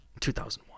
2001